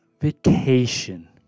vacation